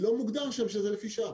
לא מוגדר שם שזה לפי שעה.